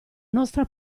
nostra